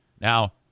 Now